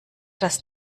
das